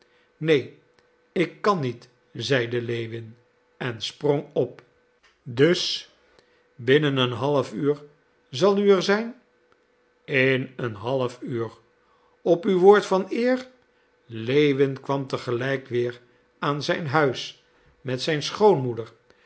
neen ik kan niet zeide lewin en sprong op dus binnen een half uur zal u er zijn in een half uur op uw woord van eer lewin kwam te gelijk weer aan zijn huis met zijn schoonmoeder